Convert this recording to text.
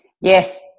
Yes